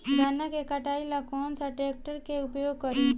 गन्ना के कटाई ला कौन सा ट्रैकटर के उपयोग करी?